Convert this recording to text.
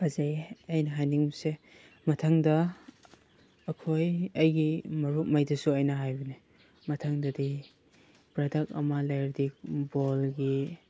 ꯐꯖꯩꯌꯦ ꯑꯩꯅ ꯍꯥꯏꯅꯤꯡꯕꯁꯦ ꯃꯊꯪꯗ ꯑꯩꯈꯣꯏ ꯑꯩꯒꯤ ꯃꯔꯨꯞꯉꯩꯗꯁꯨ ꯑꯩꯅ ꯍꯥꯏꯕꯅꯦ ꯃꯊꯪꯗꯗꯤ ꯄ꯭ꯔꯗꯛ ꯑꯃ ꯂꯩꯔꯗꯤ ꯕꯣꯜꯒꯤ